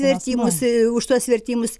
vertimųsi už tuos vertimus